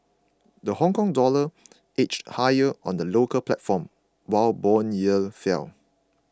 the Hongkong dollar edged higher on the local platform while bond yields fell